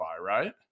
right